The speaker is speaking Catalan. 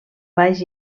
baix